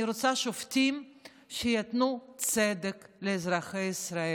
שייתנו צדק לאזרחי ישראל,